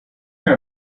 here